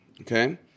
Okay